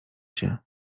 się